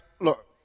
look